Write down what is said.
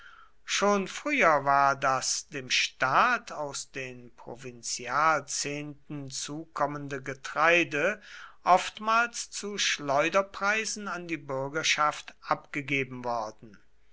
schon früher war das dem staat aus den provinzialzehnten zukommende getreide oftmals zu schleuderpreisen an die bürgerschaft abgegeben worden